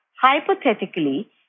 hypothetically